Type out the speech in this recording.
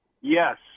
yes